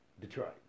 Detroit